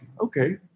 Okay